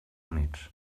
units